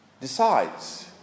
decides